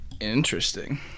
Interesting